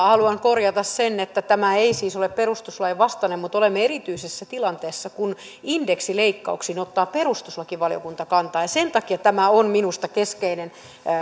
haluan korjata sen että tämä ei siis ole perustuslain vastainen mutta olemme erityisessä tilanteessa kun indeksileikkauksiin ottaa perustuslakivaliokunta kantaa sen takia tämä on minusta keskeinen